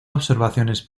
observaciones